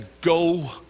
go